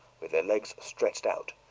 with their legs stretched out,